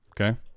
Okay